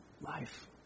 life